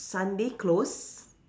Sunday close